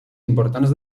importants